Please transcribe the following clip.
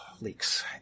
leaks